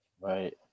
Right